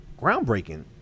groundbreaking